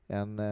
en